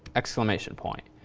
exclamation point.